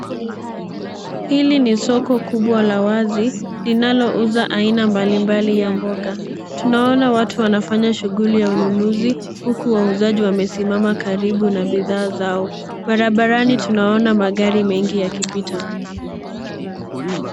Hili ni soko kubwa la wazi, linalouza aina mbalimbali ya mboga. Tunaona watu wanafanya shughuli ya ununuzi, huku wauzaji wamesimama karibu na bidhaa zao. Barabarani tunaona magari mengi yakipita